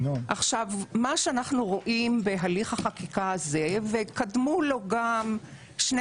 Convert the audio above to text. מה שאנחנו רואים בהליך החקיקה הזה - וקדמו לו גם שני